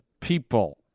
people